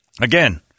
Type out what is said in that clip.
Again